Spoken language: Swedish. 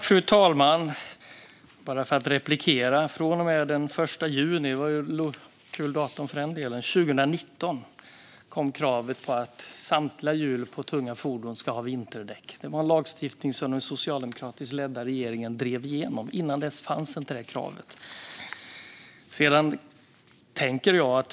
Fru talman! Från och med den 1 juni 2019, ett lite lustigt datum i sammanhanget, är det krav på att samtliga hjul på tunga fordon ska ha vinterdäck. Det var en lagstiftning som den socialdemokratiskt ledda regeringen drev igenom. Före det fanns inte detta krav.